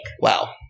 Wow